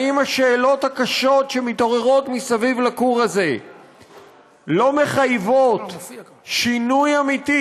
האם השאלות הקשות שמתעוררות מסביב לכור הזה לא מחייבות שינוי אמיתי?